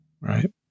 right